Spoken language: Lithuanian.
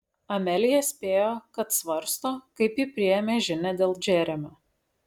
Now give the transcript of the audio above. amelija spėjo kad svarsto kaip ji priėmė žinią dėl džeremio